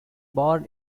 born